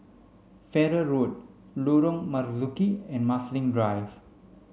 Farrer Road Lorong Marzuki and Marsiling Drive